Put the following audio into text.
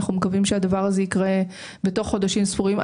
אנחנו מקווים שהדבר הזה יקרה בתוך חודשים ספורים.